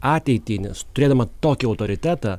ateitį nes turėdama tokį autoritetą